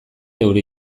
euri